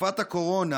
בתקופת הקורונה,